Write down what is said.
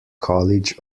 college